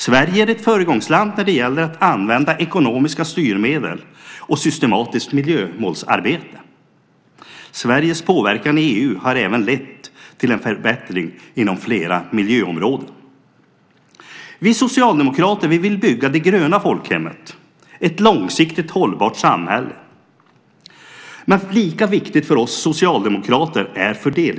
Sverige är ett föregångsland när det gäller att använda ekonomiska styrmedel och systematiskt miljömålsarbete. Sveriges påverkan i EU har även lett till en förbättring inom flera miljöområden. Vi socialdemokrater vill bygga det gröna folkhemmet, ett långsiktigt hållbart samhälle. Men fördelningspolitiken är lika viktig för oss socialdemokrater.